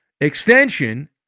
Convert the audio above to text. extension